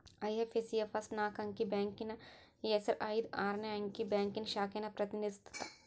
IFSC ಯ first ನಾಕ್ ಅಂಕಿ ಬ್ಯಾಂಕಿನ್ ಹೆಸರ ಐದ್ ಆರ್ನೆ ಅಂಕಿ ಬ್ಯಾಂಕಿನ್ ಶಾಖೆನ ಪ್ರತಿನಿಧಿಸತ್ತ